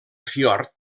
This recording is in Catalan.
fiord